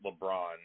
LeBron